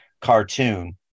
cartoon